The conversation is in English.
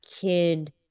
kid